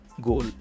goal